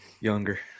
younger